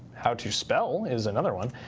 how to spell is another one.